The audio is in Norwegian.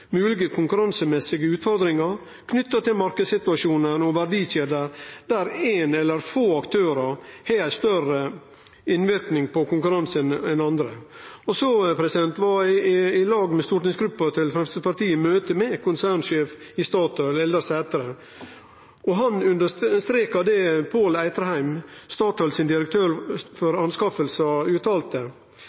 konkurransemessige utfordringar knytte til marknadssituasjonen og verdikjeda der éin eller få aktørar har større innverknad på konkurransen enn andre. Så var eg i lag med stortingsgruppa til Framstegspartiet i møte med konsernsjef i Statoil, Eldar Sætre. Han understreka det Pål Eitrheim, Statoils direktør for anskaffingar, uttalte: